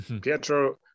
Pietro